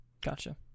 Gotcha